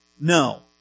No